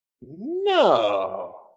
No